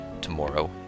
tomorrow